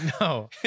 no